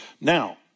Now